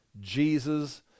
Jesus